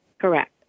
Correct